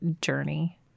journey